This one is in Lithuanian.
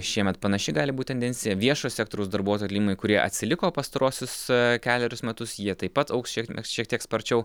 šiemet panaši gali būt tendencija viešo sektoriaus darbuotojų atlyginimai kurie atsiliko pastaruosius kelerius metus jie taip pat augs šie šiek tiek sparčiau